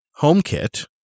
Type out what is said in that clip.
HomeKit